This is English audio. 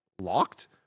locked